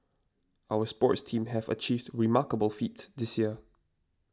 our sports teams have achieved remarkable feats this year